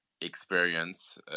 experience